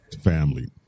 family